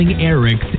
Eric's